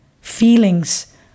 Feelings